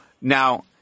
now